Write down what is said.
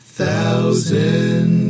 thousand